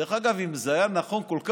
דרך אגב, אם זה היה נכון כל כך,